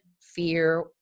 fear